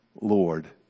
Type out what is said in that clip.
Lord